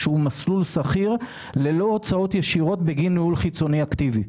שהוא מסלול סחיר ללא הוצאות ישירות בגין ניהול חיצוני אקטיבי.